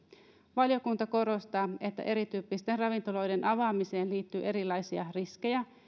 valiokunta korostaa että erityyppisten ravintoloiden avaamiseen liittyy erilaisia riskejä